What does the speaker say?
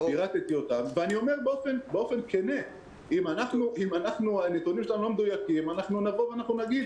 אני אומר באופן כן שאם הנתונים שלנו לא מדויקים נבוא ונגיד: